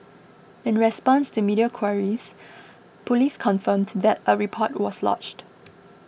in response to media queries Police confirmed that a report was lodged